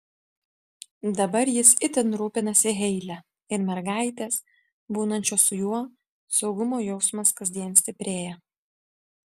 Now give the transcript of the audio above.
dabar jis itin rūpinasi heile ir mergaitės būnančios su juo saugumo jausmas kasdien stiprėja